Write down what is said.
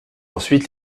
ensuite